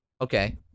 Okay